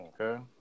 Okay